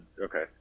okay